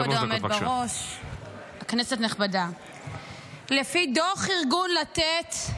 כבוד העומד בראש, כנסת נכבדה, לפי דוח ארגון לתת,